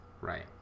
Right